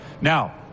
Now